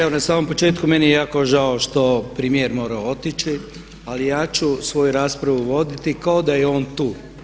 Evo na samom početku, meni je jako žao što premijer mora otići ali ja ću svoju raspravu voditi kao da je on tu.